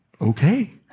okay